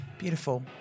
Beautiful